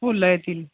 फुलं येतील